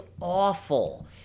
awful